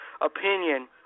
opinion